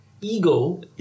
ego